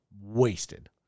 wasted